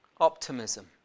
Optimism